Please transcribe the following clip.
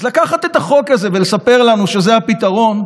אז לקחת את החוק הזה ולספר לנו שזה הפתרון,